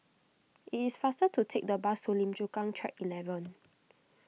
it is faster to take the bus to Lim Chu Kang Track eleven